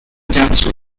junction